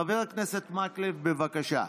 חבר הכנסת מקלב, בבקשה.